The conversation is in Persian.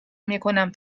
میکنم